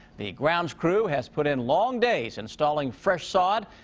the grounds crew has put in long days installing fresh sod.